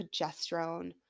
progesterone